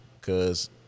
Cause